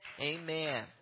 Amen